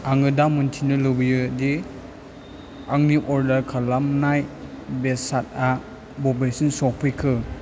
आङो दा मिन्थिनो लुबैयो दि आंनि अर्दार खालामनाय बेसादा बबेसिम सफैखो